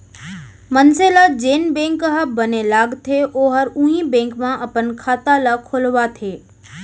मनसे ल जेन बेंक ह बने लागथे ओहर उहीं बेंक म अपन खाता ल खोलवाथे